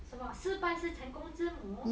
什么失败是成功之母